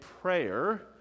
prayer